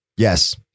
Yes